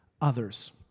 others